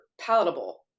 palatable